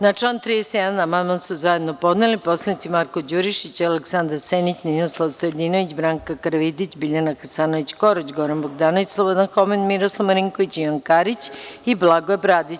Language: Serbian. Na član 31. amandman su zajedno podneli poslanici Marko Đurišić, Aleksandar Senić, Ninoslav Stojadinović, Branka Karavidić, Biljana Hasanović Korać, Goran Bogdanović, Slobodan Homen, Miroslav Marinković, Ivan Karić i Blagoje Bradić.